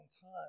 time